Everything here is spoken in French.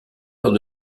lors